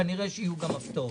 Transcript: כנראה שיהיו גם הפתעות.